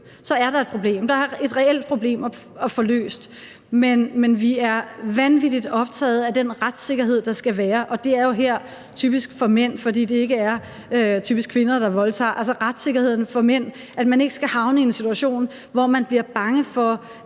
bliver dømt. Der er et reelt problem at få løst. Men vi er vanvittig optaget af den retssikkerhed, der skal være, og det er jo her typisk for mænd, fordi det typisk ikke er kvinder, der voldtager – altså retssikkerheden for mænd, så man ikke skal havne i en situation, hvor folk bliver bange for